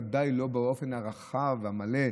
ודאי לא באופן הרחב והמלא,